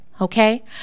okay